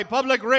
Public